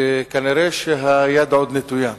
כנראה היד עוד נטויה.